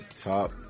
top